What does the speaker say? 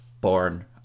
born